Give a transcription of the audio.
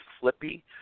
Flippy